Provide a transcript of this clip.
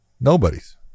Nobody's